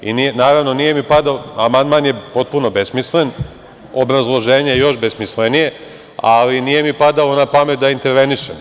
Naravno, amandman je potpuno besmislen, obrazloženje još besmislenije, ali mi nije padalo na pamet da intervenišem.